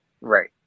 right